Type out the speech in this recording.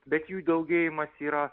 bet jų daugėjimas yra